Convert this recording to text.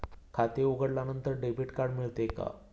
खाते उघडल्यानंतर debit card मिळते का?